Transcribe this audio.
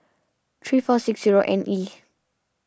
three four six zero N E